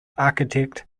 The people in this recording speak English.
architect